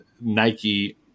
Nike